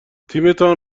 تیمتان